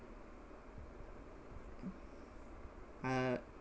uh